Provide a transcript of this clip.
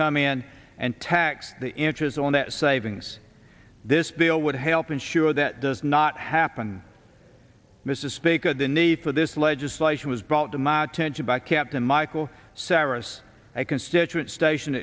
come in and tax the interest on that savings this bill would help ensure that does not happen mr speaker the need for this legislation was brought to my attention by captain michael sarris a constituent station